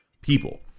people